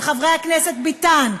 עם חבר הכנסת ביטן,